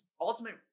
Ultimate